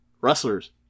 wrestlers